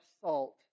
salt